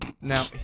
Now